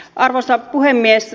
arvoisa puhemies